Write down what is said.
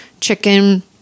chicken